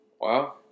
Wow